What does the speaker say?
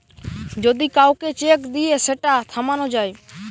যদি কাউকে চেক দিয়ে সেটা থামানো যায়